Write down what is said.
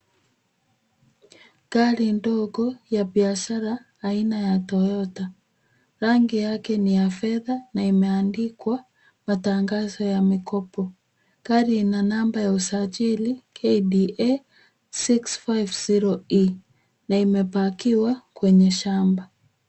Gari ndogo ya biashara aina ya Toyota . Rangi yake ni ya fedha na imeandikwa matangazo ya mikopo. Gari lina namba ya usajili, KDA 650E na imepakiwa kwenye shamba.